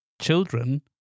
children